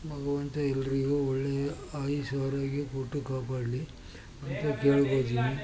ಭಗವಂತ ಎಲ್ಲರಿಗೂ ಒಳ್ಳೆಯ ಆಯಸ್ಸು ಆರೋಗ್ಯ ಕೊಟ್ಟು ಕಾಪಾಡಲಿ ಅಂತ ಕೇಳಿಕೊಳ್ತೀನಿ